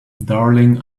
darling